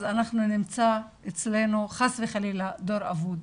אז אנחנו נמצא אצלנו חס וחלילה דור אבוד.